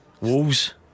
Wolves